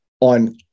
on